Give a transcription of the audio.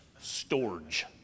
storage